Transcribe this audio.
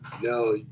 no